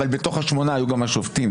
בתוך השמונה היו גם השופטים.